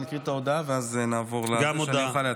אקריא את ההודעה ואז נעבור להצבעה.